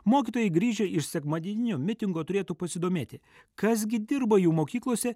mokytojai grįžę iš sekmadieninio mitingo turėtų pasidomėti kas gi dirba jų mokyklose